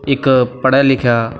ਇੱਕ ਪੜ੍ਹਿਆ ਲਿਖਿਆ